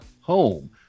home